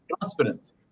transparency